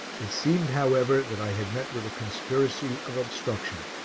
it seemed, however, that i had met with a conspiracy of obstruction.